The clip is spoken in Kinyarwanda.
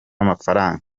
amafaranga